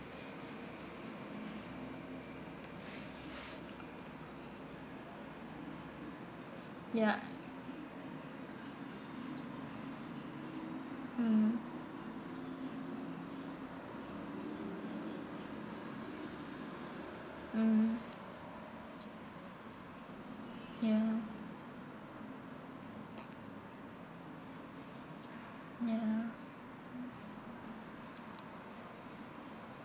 ya mm mmhmm ya ya